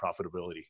profitability